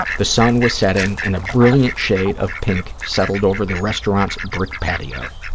the sun was setting and a brilliant shade of pink settled over the restaurant's brick patio.